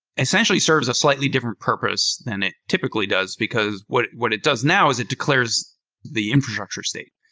essentially serves a slightly different purpose than it typically does, because what what it does now is it declares the infrastructure state.